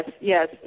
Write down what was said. Yes